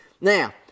Now